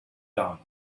down